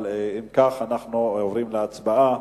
אם כך, אנחנו עוברים להצבעה.